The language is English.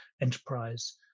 enterprise